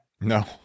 No